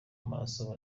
maraso